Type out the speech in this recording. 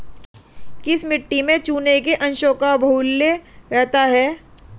किस मिट्टी में चूने के अंशों का बाहुल्य रहता है?